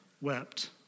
wept